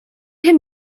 him